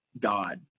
God